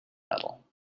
medal